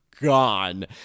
Gone